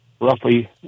roughly